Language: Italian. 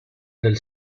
del